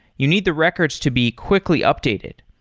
you need the records to be quickly updated.